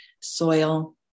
soil